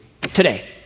today